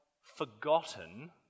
forgotten